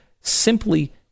simply